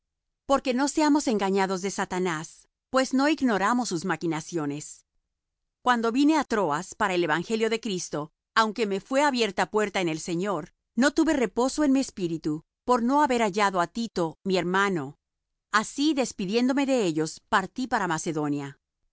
porque no seamos engañados de satanás pues no ignoramos sus maquinaciones cuando vine á troas para el evangelio de cristo aunque me fué abierta puerta en el señor no tuve reposo en mi espíritu por no haber hallado á tito mi hermano así despidiéndome de ellos partí para macedonia